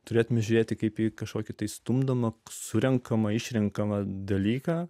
turėtumėme žiūrėti kaip į kažkokį tai stumdomą surenkamą išrenkamą dalyką